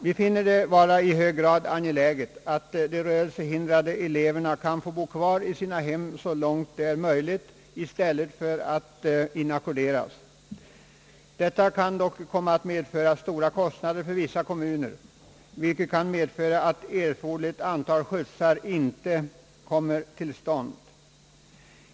Vi finner det vara i hög grad angeläget att de rörelsehindrade eleverna kan få bo kvar i sina hem så långt det är möjligt i stället för att inackorderas. Detta kan dock komma att medföra stora kostnader för vissa kommuner; vilket kan leda till att erforderligt antal skjutsar inte kommer till stånd.